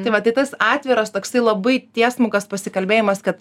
tai va tai tas atviras toksai labai tiesmukas pasikalbėjimas kad